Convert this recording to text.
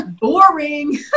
Boring